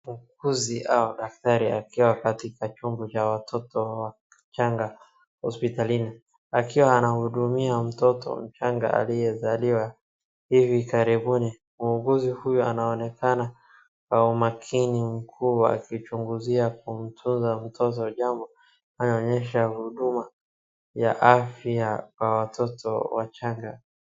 Muuguzi au daktari akiwa katika chumba cha watoto wachanga hospitalini akiwa anahudumia mtoto mchanga aliyezaliwa hivi karibuni. Muuguzi huyu anaonekana kwa umakini kuwa akichunguzia kumtoa jambo. Anaonyesha huduma ya afya kwa watoto wachanga.